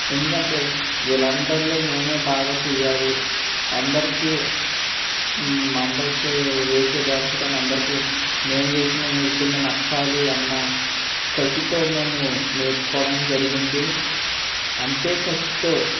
ఎందుకంటే వీళ్ళందర్లో మేమే బాగా చెయ్యాలి అందరికీ అందరికీ వేసే డ్యాన్స్ కన్నా అందరికి మేం వేసిన నృత్యమే నచ్చాలి అన్నా కసితో మేము నేర్చుకోవడం జరిగింది అంతే కసితో